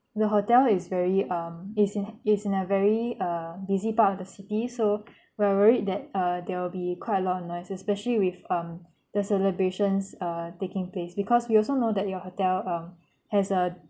the hotel is very um is in is in a very uh busy part of the city so we are worried that uh there will be quite a lot of noises especially with um the celebrations uh taking place because we also know that your hotel um has a